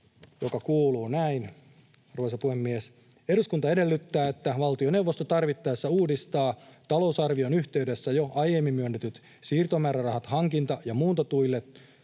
joka kuuluu näin, arvoisa puhemies: ”Eduskunta edellyttää, että valtioneuvosto tarvittaessa uudistaa talousarvion yhteydessä jo aiemmin myönnetyt siirtomäärärahat hankinta- ja muuntotuille